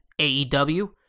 AEW